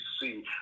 see